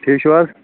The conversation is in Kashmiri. ٹھیٖک چھُو حظ